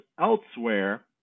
elsewhere